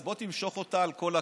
אז בוא תמשוך אותה על כל הקו.